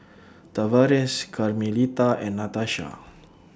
Tavares Carmelita and Natasha